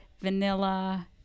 Vanilla